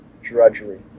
drudgery